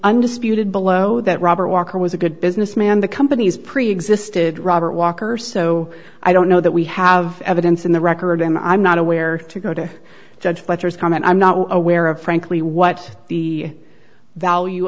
undisputed below that robert walker was a good businessman the company's preexisted robert walker so i don't know that we have evidence in the record and i'm not aware to go to judge but his comment i'm not aware of frankly what the value